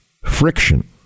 friction